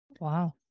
Wow